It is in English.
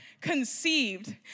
conceived